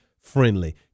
friendly